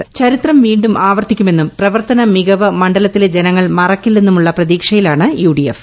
വീണ്ടും ചരിത്രം ആവർത്തിക്കുമെന്നും പ്രവർത്തന മികവു മണ്ഡലത്തിലെ ജനങ്ങൾ മറക്കില്ലെന്നുമുള്ള പ്രതീക്ഷയിലാണു യുഡിഎഫ്